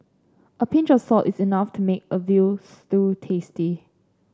a pinch of salt is enough to make a veal stew tasty